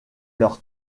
leur